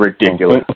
ridiculous